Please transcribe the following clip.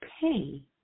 pay